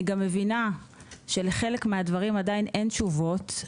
אני גם מבינה שלחלק מהדברים עדיין אין תשובות.